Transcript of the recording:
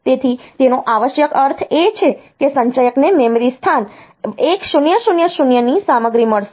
તેથી તેનો આવશ્યક અર્થ એ છે કે સંચયકને મેમરી સ્થાન 1000 ની સામગ્રી મળશે